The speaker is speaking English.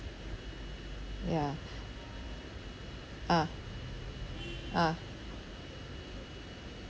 ya ah ah